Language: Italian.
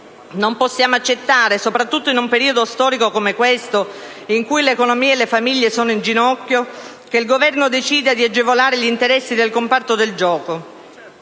Non possiamo accettare, soprattutto in un periodo storico come questo, in cui l'economia e le famiglie sono in ginocchio, che il Governo decida di agevolare gli interessi del comparto del gioco.